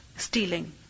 Stealing